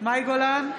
מאי גולן,